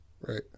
Right